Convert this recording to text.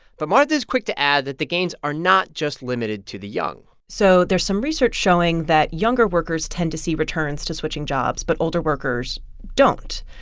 but martha is quick to add that the gains are not just limited to the young so there's some research showing that younger workers tend to see returns to switching jobs, but older workers don't.